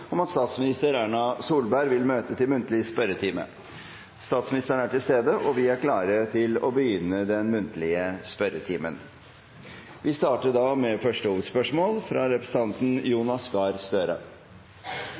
om at statsminister Erna Solberg vil møte til muntlig spørretime. Statsministeren er til stede, og vi er klare til å begynne den muntlige spørretimen. Vi starter da med første hovedspørsmål, fra representanten